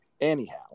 Anyhow